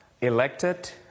elected